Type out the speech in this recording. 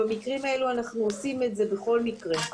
במקרים האלו אנחנו עושים את זה בכל מקרה.